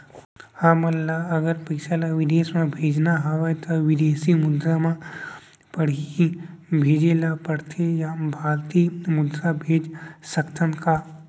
हमन ला अगर पइसा ला विदेश म भेजना हवय त विदेशी मुद्रा म पड़ही भेजे ला पड़थे या भारतीय मुद्रा भेज सकथन का?